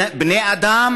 אדם?